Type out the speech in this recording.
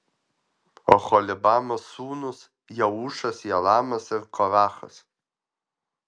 oholibamos sūnūs jeušas jalamas ir korachas